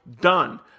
done